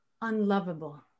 unlovable